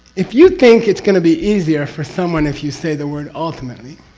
if you think it's going to be easier for someone if you say the word ultimately